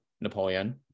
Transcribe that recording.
Napoleon